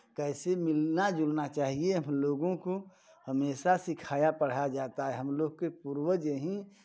कैसे मिलना जुलना चाहिए हमलोगों को हमेशा सिखाया पढ़ाया जाता है हमलोग के पूर्वज यहीं